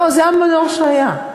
לא, זה המדור שהיה.